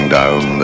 down